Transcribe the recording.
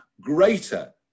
greater